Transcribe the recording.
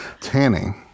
tanning